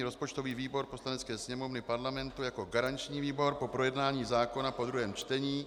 Rozpočtový výbor Poslanecké sněmovny Parlamentu jako garanční výbor po projednání zákona po druhém čtení